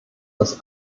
das